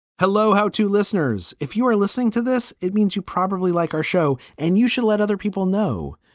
hello, how to listeners, if you are listening to this, it means you probably like our show and you should let other people know.